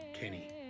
Kenny